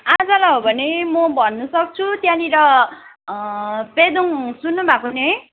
आजलाई हो भने म भन्न सक्छु त्यहाँनिर पेदोङ सुन्नुभएको नि